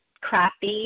crappy